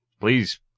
please